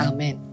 Amen